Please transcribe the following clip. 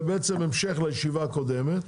זה בעצם המשך לישיבה הקודמת,